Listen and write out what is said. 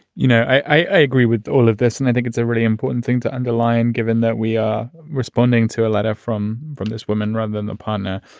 you know, i agree with all of this, and i think it's a really important thing to underline, given that we are responding to a letter from from this woman rather than upon a.